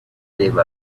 gave